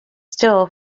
still